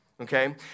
Okay